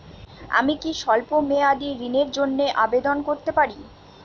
আমি কি স্বল্প মেয়াদি ঋণের জন্যে আবেদন করতে পারি?